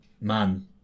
man